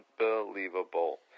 Unbelievable